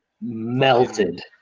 Melted